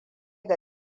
ga